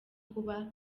kuba